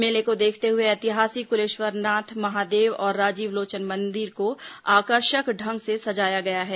मेले को देखते हुए ऐतिहासिक कुलेश्वरनाथ महादेव और राजीव लोचन मंदिर को आकर्षण ढंग से सजाया गया है